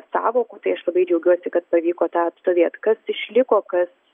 sąvokų tai aš labai džiaugiuosi kad pavyko tą atstovėt kas išliko kas